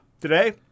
today